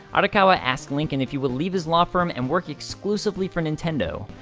arakawa asked lincoln if he would leave his law firm and work exclusively for nintendo.